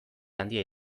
handia